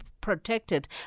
protected